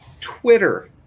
Twitter